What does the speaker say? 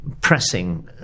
pressing